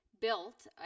built